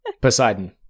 Poseidon